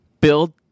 build